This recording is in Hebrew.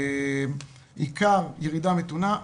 מתונה,